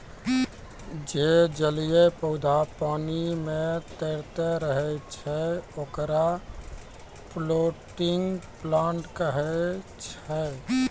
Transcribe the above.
जे जलीय पौधा पानी पे तैरतें रहै छै, ओकरा फ्लोटिंग प्लांट कहै छै